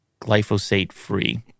glyphosate-free